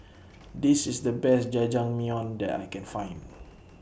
This IS The Best Jajangmyeon that I Can Find